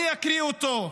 אני אקריא אותו.